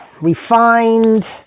refined